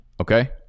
Okay